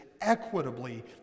equitably